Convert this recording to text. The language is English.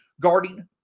guarding